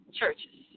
churches